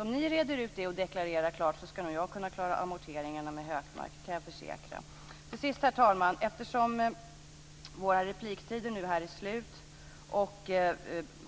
Om ni reder ut det och klart deklarerar det ska nog jag kunna klara amorteringarna med Hökmark, det kan jag försäkra. Till sist, herr talman: Eftersom våra repliktider nu är slut och